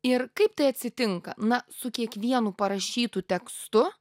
ir kaip tai atsitinka na su kiekvienu parašytu tekstu